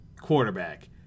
quarterback